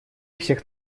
всех